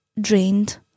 drained